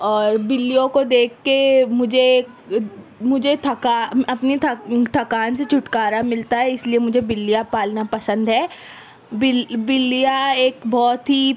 اور بلّیوں کو دیکھ کے مجھے مجھے تھکا اپنی تھکان سے چھٹکارا ملتا ہے اس لیے مجھے بلّیاں پالنا پسند ہے بلّیاں ایک بہت ہی